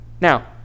Now